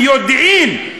ביודעין,